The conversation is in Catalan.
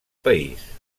país